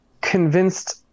convinced